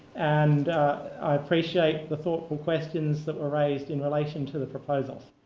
and i appreciate the thoughtful questions that were raised in relation to the proposals.